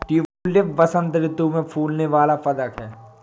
tulip बसंत ऋतु में फूलने वाला पदक है